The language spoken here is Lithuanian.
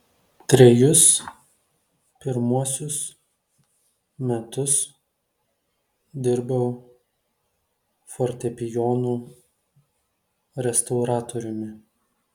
trejus pirmuosius metus dirbau fortepijonų restauratoriumi